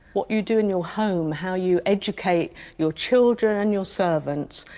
what you do in your home, how you educate your children, and your servants,